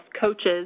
coaches